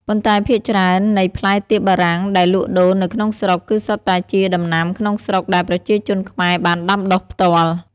ប៉ុន្តែភាគច្រើននៃផ្លែទៀបបារាំងដែលលក់ដូរនៅក្នុងស្រុក គឺសុទ្ធតែជាដំណាំក្នុងស្រុកដែលប្រជាជនខ្មែរបានដាំដុះផ្ទាល់។